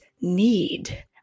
need